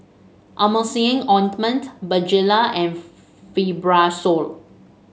Emulsying Ointment Bonjela and Fibrosol